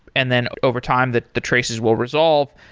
and then over time that the traces will resolve.